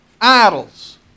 idols